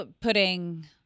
Putting